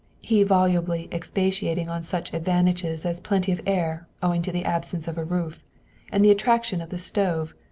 he volubly expatiating on such advantages as plenty of air owing to the absence of a roof and the attraction of the stove,